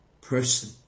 person